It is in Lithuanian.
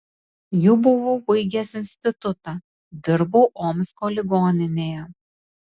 jau buvau baigęs institutą dirbau omsko ligoninėje